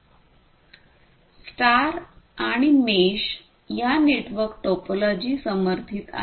star आणि mesh या network topology समर्थित आहेत